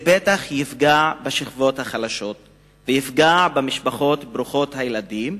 זה בטח יפגע בשכבות החלשות ויפגע במשפחות ברוכות הילדים,